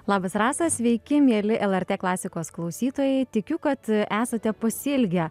labas rasa sveiki mieli lrt klasikos klausytojai tikiu kad esate pasiilgę